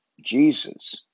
Jesus